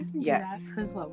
Yes